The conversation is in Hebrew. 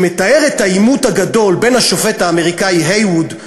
שמתאר את העימות הגדול בין השופט האמריקני הייווד,